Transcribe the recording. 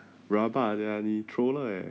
rabak sia 你 troller eh